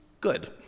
Good